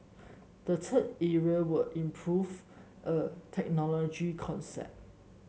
the third area were improve a technology concept